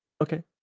Okay